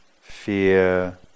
Fear